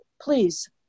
please